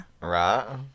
Right